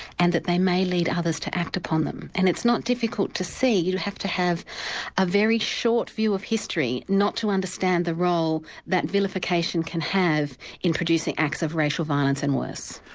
and that they may lead others to act upon them. and it's not difficult to see, you have to have a very short view of history, not to understand the role that vilification can have in producing acts of racial violence and worse.